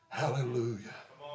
hallelujah